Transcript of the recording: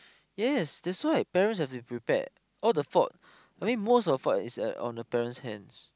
yes that's why parents have to be prepared all the fault I mean most of the fault is a on the parents hands